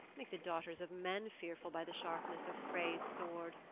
make the daughters of men fearful by the sharpness of frey's sword,